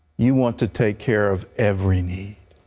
you want to take care of every need.